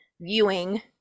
viewing